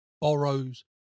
borrows